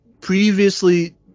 Previously